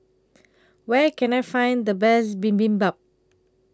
Where Can I Find The Best Bibimbap